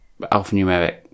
alphanumeric